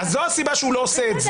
זו הסיבה שהוא לא עושה את זה.